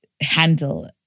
handle